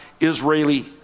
israeli